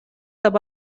деп